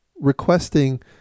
requesting